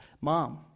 Mom